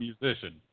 musician